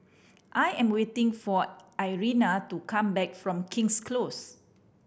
I am waiting for Irena to come back from King's Close